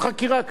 יבואו ויאמרו,